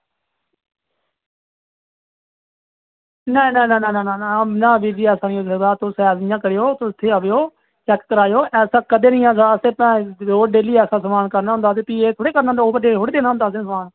ना ना ना ना ना जी जी ऐसा नेईं होई सकदा तुस इ'यां करेओ तुस इत्थे आवेओ चेक कराएओ ऐसा कदें नेईं होई सकदा असें भैं रोज डेली समान कड्ढना होंदा ते फ्ही एह् थोह्ड़ी करना होंदा ओवर डेट थोह्ड़ी देना होंदा समान